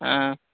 ہاں